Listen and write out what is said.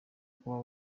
kuba